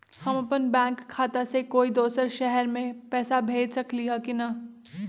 हम अपन बैंक खाता से कोई दोसर शहर में पैसा भेज सकली ह की न?